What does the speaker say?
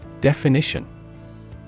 Definition